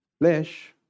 flesh